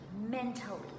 mentally